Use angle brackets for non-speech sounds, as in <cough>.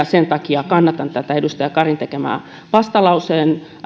<unintelligible> sen takia kannatan tätä edustaja karin tekemää vastalauseen